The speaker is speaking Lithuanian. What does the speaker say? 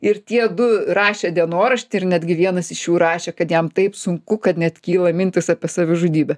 ir tie du rašė dienoraštį ir netgi vienas iš jų rašė kad jam taip sunku kad net kyla mintys apie savižudybę